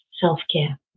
self-care